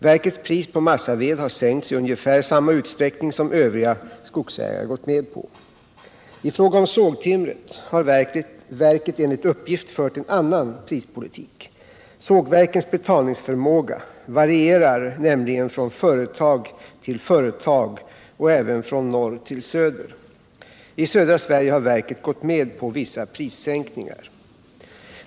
Verkets pris på massaved har sänkts i ungefär samma utsträckning som övriga skogsägare gått med på. I fråga om sågtimret har verket enligt uppgift fört en annan prispolitik. Sågverkens betalningsförmåga varierar nämligen från företag till företag och även från norr till söder. I södra Sverige har verket gått med på vissa prissänkningar.